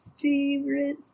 favorite